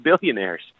billionaires